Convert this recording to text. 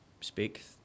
speak